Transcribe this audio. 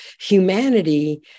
humanity